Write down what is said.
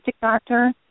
doctor